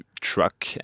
truck